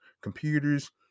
computers